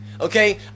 Okay